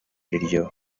ariryo